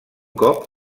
cop